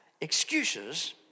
Excuses